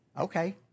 Okay